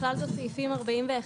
סעיפים 41,